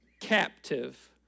captive